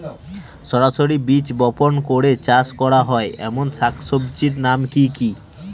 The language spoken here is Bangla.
সরাসরি বীজ বপন করে চাষ করা হয় এমন শাকসবজির নাম কি কী?